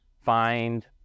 find